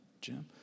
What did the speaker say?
Jim